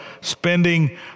spending